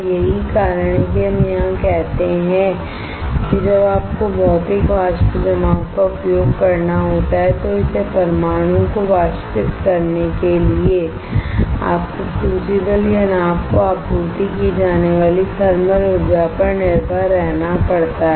यही कारण है कि हम यहां कहते हैं कि जब आपको भौतिक वाष्प जमाव का उपयोग करना होता है तो परमाणुओं को वाष्पित करने के लिए आपको क्रूसिबल या नाव को आपूर्ति की जाने वाली थर्मल ऊर्जा पर निर्भर रहना पड़ता है